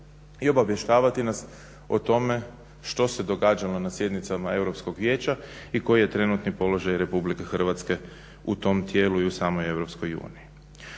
i obavještavati nas o tome što se događalo na sjednicama Europskog vijeća i koji je trenutni položaj RH u tom tijelu i u samoj EU.